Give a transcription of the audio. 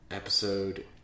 Episode